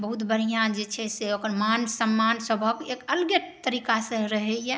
बहुत बढ़िऑं जे छै से ओकर मान सम्मान सभहक एक अलगे तरीका से रहैए